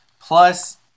Plus